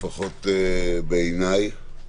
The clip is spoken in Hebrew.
לפחות בעיני.